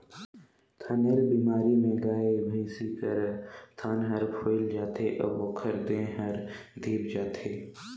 थनैल बेमारी में गाय, भइसी कर थन हर फुइल जाथे अउ ओखर देह हर धिप जाथे